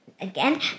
again